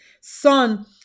son